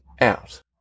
out